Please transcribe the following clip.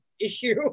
issue